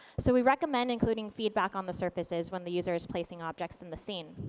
so we recommend including feedback on the surfaces when the user's placing objects in the scene.